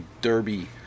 derby